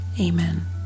Amen